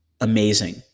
amazing